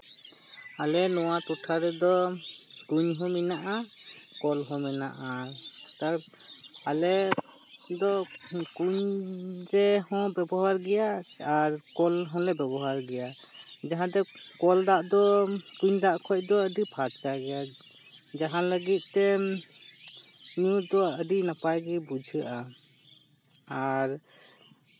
ᱟᱞᱮ ᱱᱚᱣᱟ ᱴᱚᱪᱴᱷᱟ ᱨᱮᱫᱚ ᱠᱩᱧ ᱦᱚᱸ ᱢᱮᱱᱟᱜᱼᱟ ᱠᱚᱞ ᱦᱚᱸ ᱢᱮᱱᱟᱜᱼᱟ ᱛᱟᱨ ᱟᱞᱮ ᱫᱚ ᱠᱩᱧ ᱦᱚᱸᱞᱮ ᱵᱮᱵᱚᱦᱟᱨ ᱜᱮᱭᱟ ᱟᱨ ᱠᱚᱞ ᱦᱚᱸᱞᱮ ᱵᱮᱵᱚᱦᱟᱨ ᱜᱮᱭᱟ ᱡᱟᱦᱟᱸᱛᱮ ᱠᱚᱞ ᱫᱟᱜ ᱫᱚ ᱠᱩᱧ ᱫᱟᱜ ᱠᱷᱚᱱ ᱫᱚ ᱟᱹᱰᱤ ᱯᱷᱟᱨᱪᱟ ᱜᱮᱭᱟ ᱡᱟᱦᱟᱸ ᱞᱟᱹᱜᱤᱫ ᱛᱮ ᱧᱩ ᱫᱚ ᱟᱹᱰᱤ ᱱᱟᱯᱟᱭ ᱜᱮ ᱵᱩᱡᱷᱟᱹᱜᱼᱟ ᱟᱨ